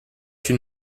une